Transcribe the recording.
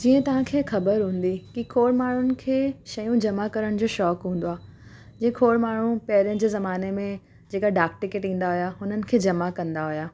जीअं तव्हांखे ख़बर हूंदी की खोड़ माण्हुनि खे शयूं जमा करण जो शोंक़ु हूंदो आहे जीअं खोड़ माण्हूं पहिंरियें जे ज़माने में जेका डाक टिकेट ईंदा हुया हुननि खे जमा कंदा हुया